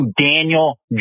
Daniel